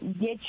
get